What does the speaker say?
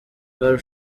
car